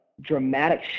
dramatic